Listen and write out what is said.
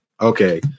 Okay